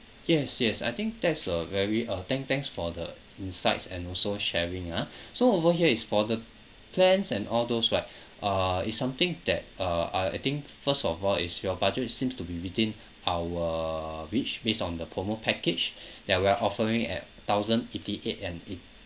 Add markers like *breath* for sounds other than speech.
yes yes I think that's a very uh thank thanks for the insights and also sharing ah *breath* so over here is for the plans and all those right uh it's something that uh uh I think first of all is your budget seems to be within our reach based on the promo package *breath* that we are offering at thousand eighty eight and eight